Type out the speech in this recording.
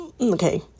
Okay